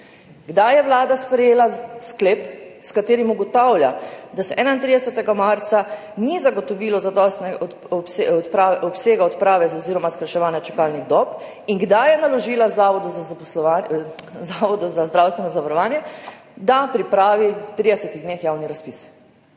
kdaj je Vlada sprejela sklep, s katerim ugotavlja, da se 31. marca ni zagotovilo zadostnega obsega odprave oziroma skrajševanja čakalnih dob? In: kdaj je naložila Zavodu za zdravstveno zavarovanje, da pripravi v 30 dneh javni razpis?